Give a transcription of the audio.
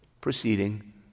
proceeding